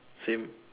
same